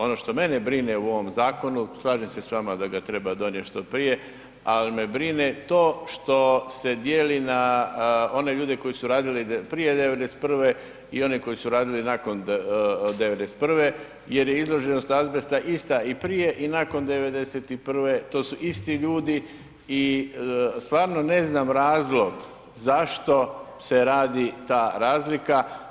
Ono što mene brine u ovom zakonu, slažem se s vama da ga treba donijet što prije, al me brine to što se dijeli na one ljude koji su radili prije '91. i one koji su radili nakon '91. jer je izloženost azbesta ista i prije i nakon '91., to su isti ljudi i stvarno ne znam razlog zašto se radi ta razlika.